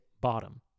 bottom